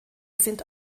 sind